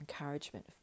Encouragement